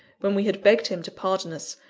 when we had begged him to pardon us,